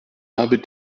habe